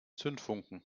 zündfunken